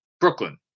Brooklyn